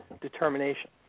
determination